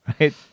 right